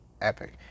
epic